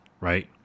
Right